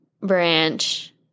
branch